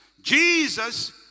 Jesus